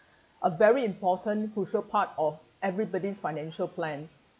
a very important crucial part of everybody's financial plan